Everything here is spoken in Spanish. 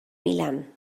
milán